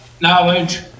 knowledge